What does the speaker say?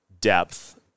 depth